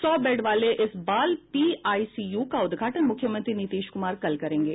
सौ बेड वाले इस बाल पीआईसीयू का उद्घाटन मुख्यमंत्री नीतीश कुमार कल करेंगे